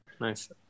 Nice